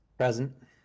Present